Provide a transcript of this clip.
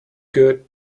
good